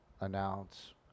announce